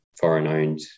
foreign-owned